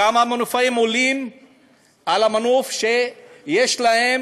כמה מנופאים עולים על המנוף כשיש להם